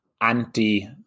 anti